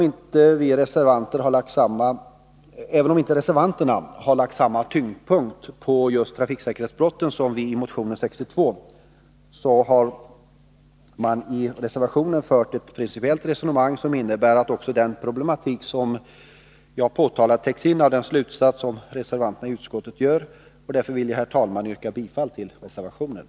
Även om reservanterna inte har fäst lika stor vikt vid just trafiksäkerhetsbrotten som vi som står bakom motion 62 har gjort, förs det i reservationen ett principiellt resonemang som innebär att också den problematik som jag har berört täcks in av den slutsats som reservanterna drar. Därför vill jag, Nr 49